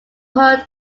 heard